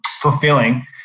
fulfilling